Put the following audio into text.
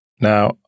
Now